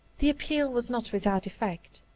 the appeal was not without effect.